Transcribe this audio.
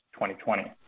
2020